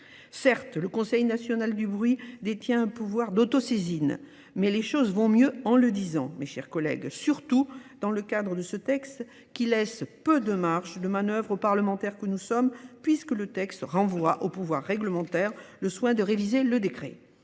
Certes, le Conseil national du bruit détient un pouvoir d'auto-saisine, mais les choses vont mieux en le disant, mes chers collègues, surtout dans le cadre de ce texte qui laisse peu de marche de manœuvre parlementaire que nous sommes, puisque le texte renvoie au pouvoir réglementaire le soin de réviser le décret.